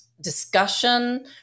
discussion